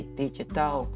digital